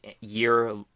year